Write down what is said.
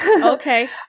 Okay